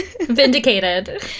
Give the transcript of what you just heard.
Vindicated